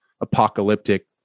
apocalyptic